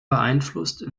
beeinflusst